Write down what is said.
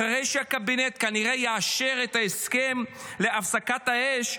אחרי שהקבינט כנראה יאשר את ההסכם להפסקת האש,